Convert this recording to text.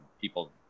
people